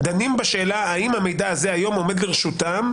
דנים בשאלה האם המידע הזה היום עומד לרשותם.